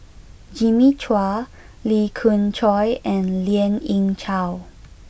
Jimmy Chua Lee Khoon Choy and Lien Ying Chow